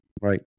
right